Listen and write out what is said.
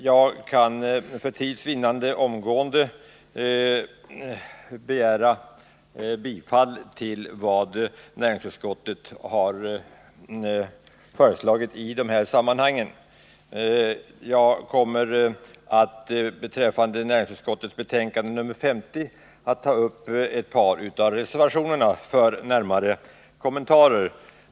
Jag kan, för tids vinnande, omgående yrka bifall till näringsutskottets samtliga förslag. Jag kommer beträffande näringsutskottets betänkande 50 att ta upp ett par av reservationerna för närmare kommentarer.